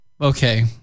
Okay